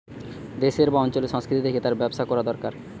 দেশের বা অঞ্চলের সংস্কৃতি দেখে তার ব্যবসা কোরা দোরকার